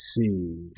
see